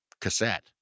cassette